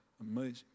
Amazing